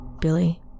Billy